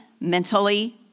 mentally